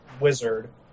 wizard